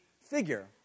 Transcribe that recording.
figure